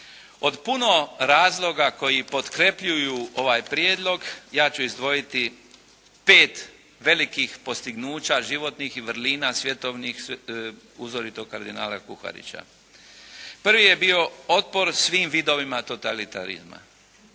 Od puno razloga koji potkrepljuju ovaj Prijedlog ja ću izdvojiti 5 velikih postignuća životnih i vrlina svjetovnih uzoritog kardinala Kuharića. Prvi je bio otpor svim vidovima totalitarizma.